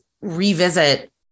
revisit